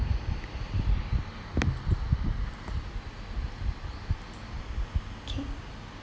okay